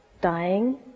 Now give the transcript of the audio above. Dying